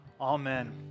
Amen